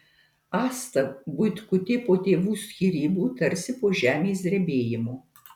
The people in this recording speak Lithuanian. asta buitkutė po tėvų skyrybų tarsi po žemės drebėjimo